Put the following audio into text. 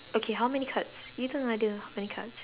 okay how many cards you don't lie there how many cards